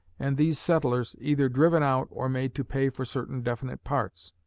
and these settlers either driven out or made to pay for certain definite parts.